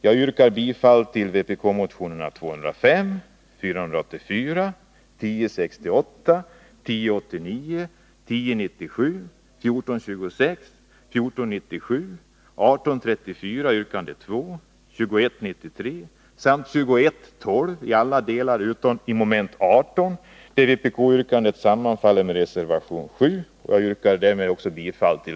Jag yrkar bifall till vbk-motionerna 205, 484, 1068, 1089, 1097, 1426, 1497, 1834 yrkande 2, 2193 samt 2112 i alla delar utom mom. 18, där vpk-yrkandet sammanfaller med reservation 7, vilken jag yrkar bifall till.